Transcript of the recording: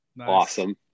awesome